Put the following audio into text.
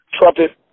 trumpet